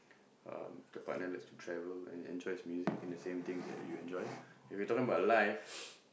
um if the partner likes to travel and enjoys music and the same things that you enjoy if we talking about life